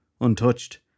untouched